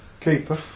Keeper